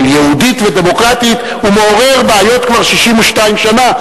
יהודית ודמוקרטית מעורר בעיות כבר 62 שנה,